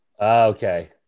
Okay